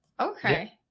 okay